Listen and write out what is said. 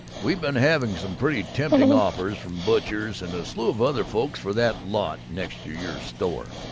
we been having some pretty tempting offers from butchers and a slew of other folks for that lot next to your store,